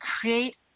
create